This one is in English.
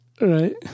Right